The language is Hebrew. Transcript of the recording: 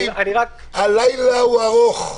הלילה עוד ארוך.